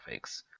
graphics